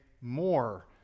more